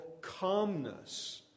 calmness